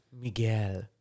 Miguel